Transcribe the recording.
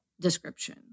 description